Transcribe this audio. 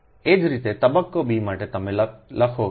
એ જ રીતે તબક્કો b માટે તમે લખોʎb 0